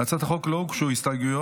להצעת החוק לא הוגשו הסתייגויות,